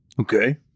Okay